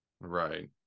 Right